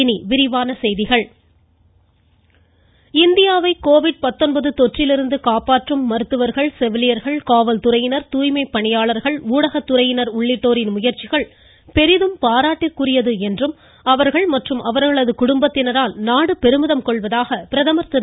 இனி விரிவான செய்திகள் பிரதமர் இந்தியாவை தொற்றிலிருந்து காப்பாற்றும் மருத்துவர்கள் செவிலியர்கள் காவல்துறையினர் தூய்மைப் பணியாளர்கள் ஊடகத்துறையினர் உள்ளிட்டோரின் முயற்சிகள் பெரிதும் பாராட்டிற்குரியது என்றும் அவர்கள் மற்றும் அவர்களது குடும்பத்தினரால் நாடு பெருமிதம் கொள்வதாக பிரதமர் திரு